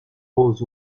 roses